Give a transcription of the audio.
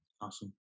awesome